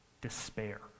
despair